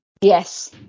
yes